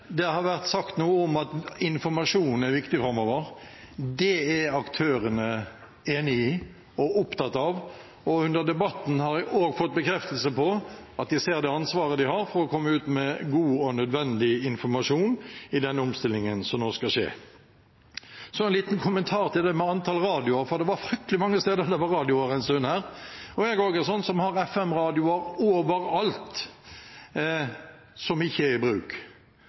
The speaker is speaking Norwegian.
har vært sagt noe om at informasjonen er viktig framover. Det er aktørene enig i og opptatt av, og under debatten har jeg også fått bekreftelse på at de ser det ansvaret de har for å komme ut med god og nødvendig informasjon i den omstillingen som nå skal skje. Så en liten kommentar til det med antall radioer, for det var fryktelig mange steder det var radioer en stund her. Jeg er også en sånn som har FM-radioer overalt, som ikke er i bruk,